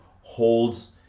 holds